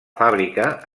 fàbrica